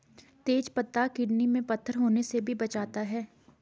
तेज पत्ता किडनी में पत्थर होने से भी बचाता है